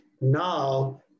now